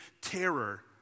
terror